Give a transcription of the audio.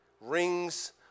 rings